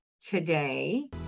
today